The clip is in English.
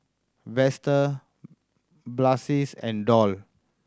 Vester Blaise and Doll